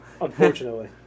Unfortunately